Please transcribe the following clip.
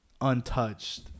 untouched